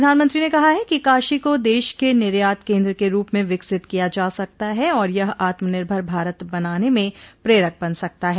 प्रधानमंत्री ने कहा है कि काशी को देश के निर्यात केन्द्र के रूप में विकसित किया जा सकता है और यह आत्मनिर्भर भारत बनाने में प्रेरक बन सकता है